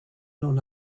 non